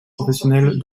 professionnel